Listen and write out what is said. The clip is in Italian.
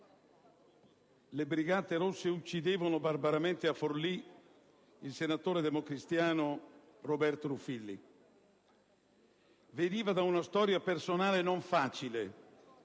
le Brigate rosse uccidevano barbaramente a Forlì il senatore democristiano Roberto Ruffìlli. Veniva da una storia personale non facile: